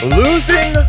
losing